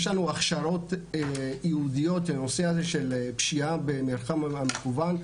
יש לנו הכשרות ייעודיות לנושא הזה של פשיעה במרחב המקוון,